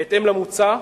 בהתאם למוצע,